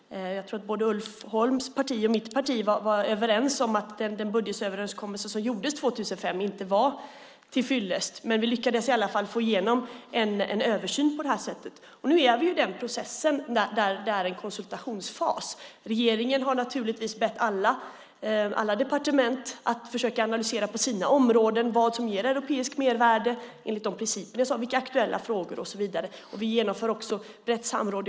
Jag tror att Ulf Holms parti och mitt parti var överens om att den budgetöverenskommelse som gjordes 2005 inte var tillfyllest, men vi lyckades i alla fall få igenom en översyn på det här sättet. Nu är vi i den processen, i en konsultationsfas. Regeringen har naturligtvis bett alla departement att försöka analysera på sina områden vad som ger europeiskt mervärde enligt de principer vi har, vilka aktuella frågor som finns och så vidare. Vi genomför också ett brett samråd.